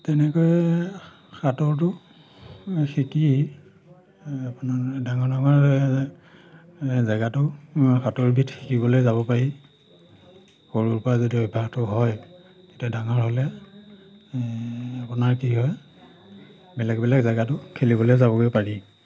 তেনেকৈয়ে সাঁতোৰটো শিকি আপোনাৰ ডাঙৰ ডাঙৰ জেগাটো সাঁতোৰবিধ শিকিবলৈ যাব পাৰি সৰুৰ পৰা যদি অভ্যাসটো হয় তেতিয়া ডাঙৰ হ'লে আপোনাৰ কি হয় বেলেগ বেলেগ জেগাটো খেলিবলৈ যাবগৈ পাৰি